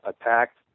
attacked